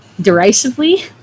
derisively